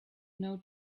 know